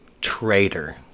Traitor